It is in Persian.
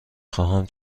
خواهم